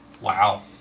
Wow